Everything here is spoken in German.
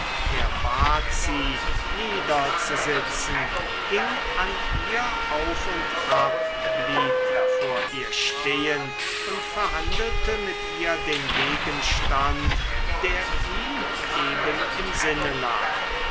er bat sie nieder zu sitzen ging an ihr auf und ab blieb vor ihr stehen und verhandelte mit ihr den gegenstand der ihm eben im sinne lag